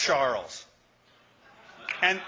charles and